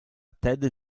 ted